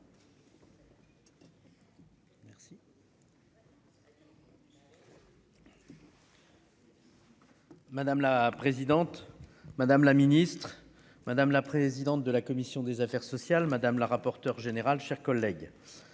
Madame la présidente, madame la ministre, madame la présidente de la commission des affaires sociales, madame, le rapporteur général, mes chers collègues